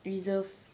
reserve